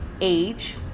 age